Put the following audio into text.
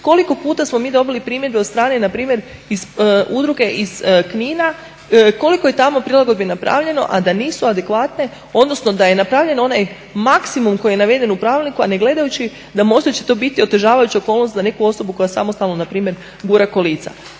koliko puta smo mi dobili primjedbe od strane na primjer udruge iz Knina koliko je tamo prilagodbi napravljeno, a da nisu adekvatne, odnosno da je napravljen onaj maksimum koji je naveden u pravilniku, a ne gledajući da možda će to biti otežavajuća okolnost za neku osobu koja samostalno na primjer gura kolica.